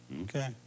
Okay